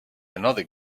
another